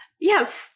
Yes